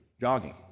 jogging